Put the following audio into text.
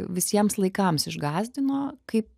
visiems laikams išgąsdino kaip